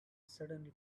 suddenly